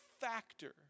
factor